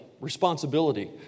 responsibility